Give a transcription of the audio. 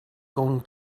going